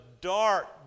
dark